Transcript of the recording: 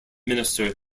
minister